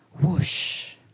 whoosh